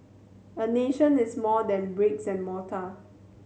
a nation is more than bricks and mortar